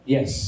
Yes